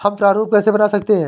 हम प्रारूप कैसे बना सकते हैं?